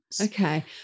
Okay